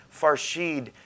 Farshid